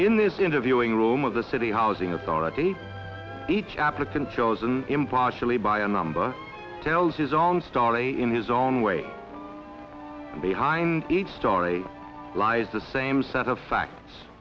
in this interviewing room of the city housing authority each applicant chosen impartially by a number tells his own story in his own way behind each story lies the same set of facts